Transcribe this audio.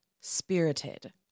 Spirited